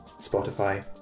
Spotify